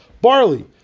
barley